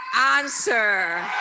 answer